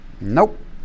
Nope